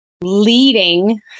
leading